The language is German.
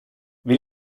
wie